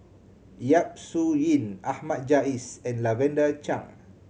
Yap Su Yin Ahmad Jais and Lavender Chang